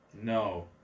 No